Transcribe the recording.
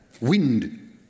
wind